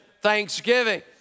Thanksgiving